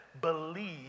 believe